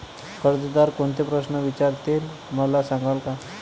कर्जदार कोणते प्रश्न विचारतील, मला सांगाल का?